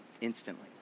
instantly